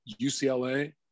UCLA